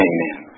Amen